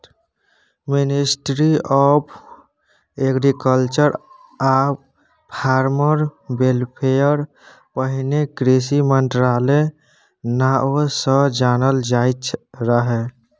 ministry of agriculture आ farmer welfare पहिने कृषि मंत्रालय नाओ सँ जानल जाइत रहय